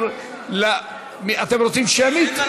אתם רוצים שמית?